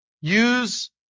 use